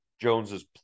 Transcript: Jones's